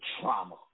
trauma